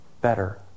better